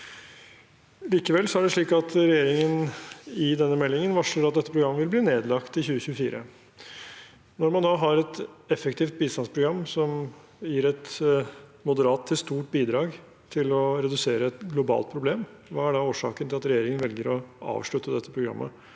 Likevel er det slik at regjeringen i meldingen varsler at det programmet vil bli nedlagt i 2024. Når man har et effektivt bistandsprogram som gir et moderat til stort bidrag til å redusere et globalt problem, hva er da årsaken til at regjeringen velger å avslutte dette programmet